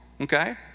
okay